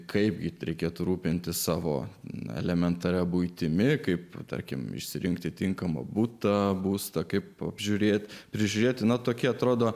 kaipgi reikėtų rūpintis savo elementaria buitimi kaip tarkim išsirinkti tinkamą butą būstą kaip apžiūrėti prižiūrėti na tokie atrodo